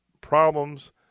problems